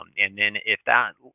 um and then, if that